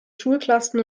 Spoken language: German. schulklassen